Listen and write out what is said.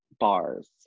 bars